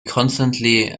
constantly